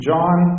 John